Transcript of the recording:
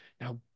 Now